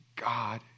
God